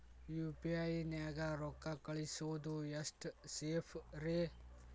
UPI ನ್ಯಾಗ ರೊಕ್ಕ ಕಳಿಸೋದು ಎಷ್ಟ ಸೇಫ್ ರೇ?